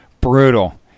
Brutal